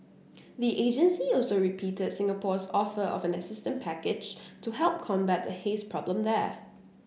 the agency also repeated Singapore's offer of an assistance package to help combat the haze problem there